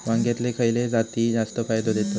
वांग्यातले खयले जाती जास्त फायदो देतत?